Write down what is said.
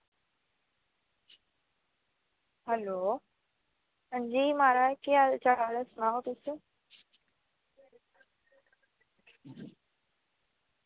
hello अंजी म्हाराज केह् हाल चाल ऐ सनाओ तुस